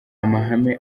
amahame